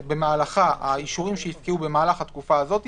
שבמהלכה האישורים שיפקעו במהלך התקופה הזאת,